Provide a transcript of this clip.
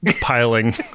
piling